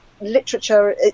literature